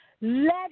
Let